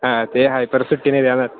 हा ते आहे पर सुट्टी नाही देणार